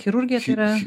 chirurgija tai yra